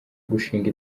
gushinga